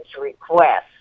request